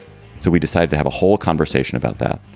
so we decide to have a whole conversation about that.